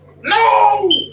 No